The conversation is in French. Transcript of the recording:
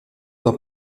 dans